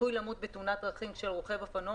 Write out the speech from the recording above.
הסיכוי למות בתאונת דרכים של רוכב אופנוע